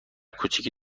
کوچک